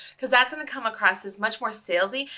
cause that's gonna come across as much more salesy,